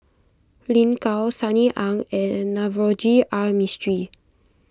Lin Gao Sunny Ang and Navroji R Mistri